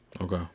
Okay